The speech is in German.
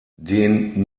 den